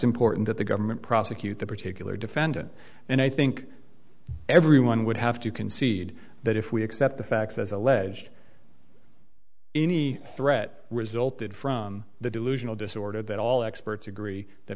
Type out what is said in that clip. important that the government prosecute the particular defendant and i think everyone would have to concede that if we accept the facts as alleged any threat resulted from the delusional disorder that all experts agree that